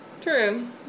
True